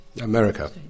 America